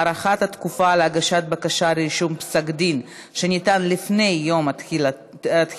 הארכת התקופה להגשת בקשה לרישום פסק דין שניתן לפני יום התחילה),